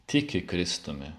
tiki kristumi